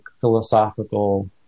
philosophical